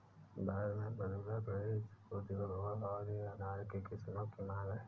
भारत में मृदुला, गणेश, ज्योति, भगवा आदि अनार के किस्मों की मांग है